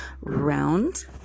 round